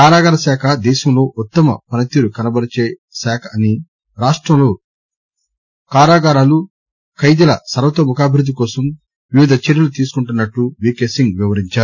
కారాగారాలశాఖ దేశంలో ఉత్తమ పనతీరు కనబరిచేశాఖ అని రాష్ట్రంలో కారాగారాలు ఖైదీల సర్వతోముఖాభివృద్ది కోసం వివిధ చర్యలు తీసుకోనున్నట్ట వికె సింగ్ వివరించారు